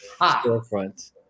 storefronts